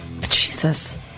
Jesus